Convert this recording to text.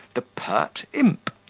the pert imp,